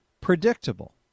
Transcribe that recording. predictable